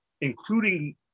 including